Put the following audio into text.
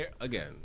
again